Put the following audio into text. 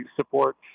support